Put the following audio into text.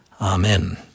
Amen